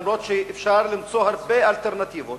אף-על-פי שאפשר למצוא הרבה אלטרנטיבות